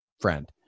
friend